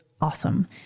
Awesome